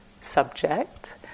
subject